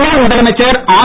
முன்னாள் முதலமைச்சர் ஆர்